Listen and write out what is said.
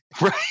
right